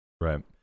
Right